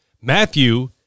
Matthew